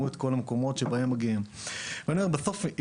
בסוף,